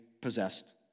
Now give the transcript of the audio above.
possessed